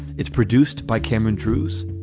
it's produced by cameron drewes.